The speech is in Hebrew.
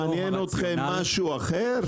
מעניין אתכם משהו אחר?